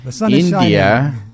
India